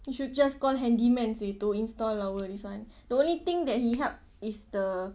we should just call handyman seh to install our this [one] the only thing that he helped is the